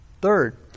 Third